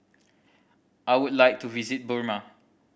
I would like to visit Burma